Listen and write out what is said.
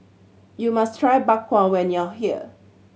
you must try Bak Kwa when you are here